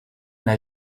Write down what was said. n’a